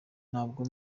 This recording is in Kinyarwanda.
ntabwo